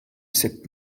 sept